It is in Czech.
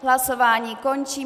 Hlasování končím.